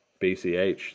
bch